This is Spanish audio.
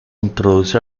introduce